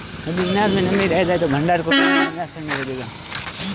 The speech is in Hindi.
यदि अनाज में नमी रह जाए तो भण्डारण के क्रम में अनाज सड़ने लगेगा